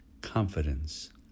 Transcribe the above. confidence